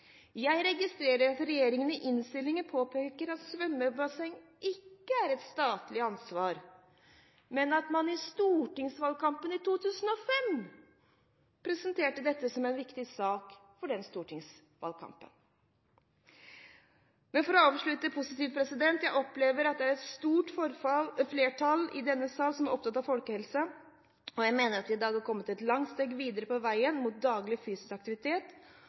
Jeg registrerer at regjeringspartiene i innstillingen påpeker at svømmebassengene ikke er et statlig ansvar. Men i stortingsvalgkampen i 2005 presenterte man dette som en viktig sak. Jeg får avslutte positivt. Jeg opplever at det er et stort flertall i denne salen som er opptatt av folkehelse. Jeg mener at vi i dag har kommet et langt steg videre på veien mot daglig fysisk aktivitet.